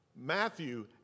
Matthew